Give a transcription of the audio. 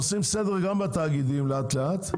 עושים סדר גם בתאגידים לאט לאט,